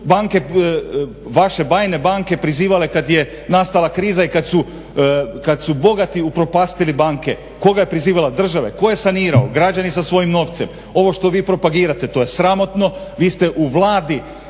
vaše bajne banke prizivale kad je nastala kriza i kad su bogati upropastili banke, koga je prizivala, države. Tko je sanirao, građani sa svojim novcem. Ovo što vi propagirate to je sramotno, vi ste u Vladi,